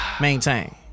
maintain